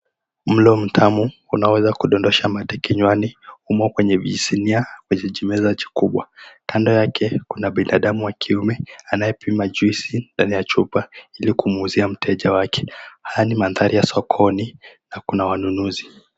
Mlo mtamu unaweza kudondosha mate kinywani humo kwenye visinia kwenye jimeza chikubwa. Kando yake kuna binadamu wa kiume anayepima juisi ndani ya chupa ili kumwuzia mteja wake. Haya ni mandhari ya sokoni na kuna wanunuzi.